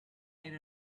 made